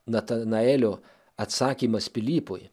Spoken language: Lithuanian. natanaelio atsakymas pilypui